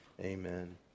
Amen